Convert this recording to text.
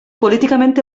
políticament